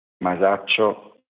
Masaccio